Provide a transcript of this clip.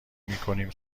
میکنیم